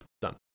Done